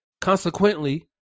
Consequently